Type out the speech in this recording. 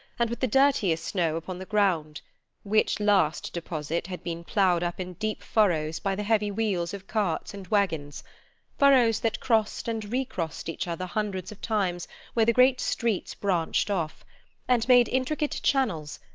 and with the dirtier snow upon the ground which last deposit had been ploughed up in deep furrows by the heavy wheels of carts and waggons furrows that crossed and re-crossed each other hundreds of times where the great streets branched off and made intricate channels,